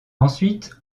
ensuite